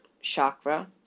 chakra